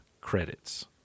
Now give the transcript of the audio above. credits